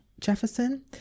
Jefferson